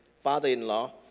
father-in-law